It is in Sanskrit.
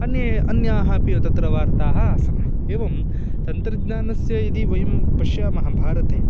अन्ये अन्याः अपि तत्र वार्ताः आसन् एवं तन्त्रज्ञानस्य यदि वयं पश्यामः भारते